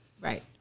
right